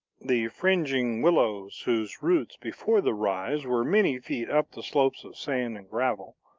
the fringing willows, whose roots before the rise were many feet up the slopes of sand and gravel,